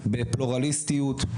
בפלורליסטיות,